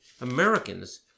Americans